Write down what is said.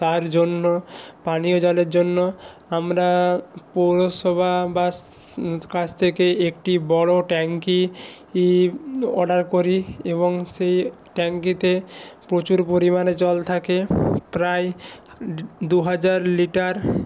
তার জন্য পানীয় জলের জন্য আমরা পৌরসভা বা কাছ থেকে একটি বড় ট্যাঙ্কিই ই অর্ডার করি এবং সেই ট্যাঙ্কিতে প্রচুর পরিমাণে জল থাকে প্রায় দুহাজার লিটার